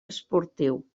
esportiu